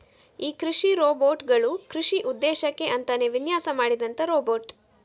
ಈ ಕೃಷಿ ರೋಬೋಟ್ ಗಳು ಕೃಷಿ ಉದ್ದೇಶಕ್ಕೆ ಅಂತಾನೇ ವಿನ್ಯಾಸ ಮಾಡಿದಂತ ರೋಬೋಟ್